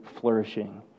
flourishing